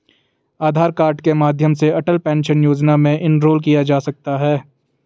आधार card के माध्यम से अटल पेंशन योजना में इनरोल किया जा सकता है